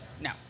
no